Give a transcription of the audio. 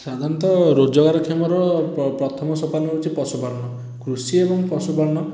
ସାଧାରଣତଃ ରୋଜଗାର କ୍ଷମର ପ୍ର ପ୍ରଥମ ସୋପାନ ହେଉଛି ପଶୁପାଳନ କୃଷି ଏବଂ ପଶୁପାଳନ